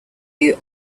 you